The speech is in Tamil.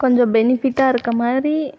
கொஞ்சம் பெனிஃபிட்டாக இருக்க மாதிரி